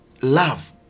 love